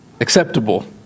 acceptable